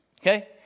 Okay